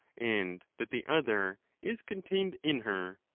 and that the other is contained in her.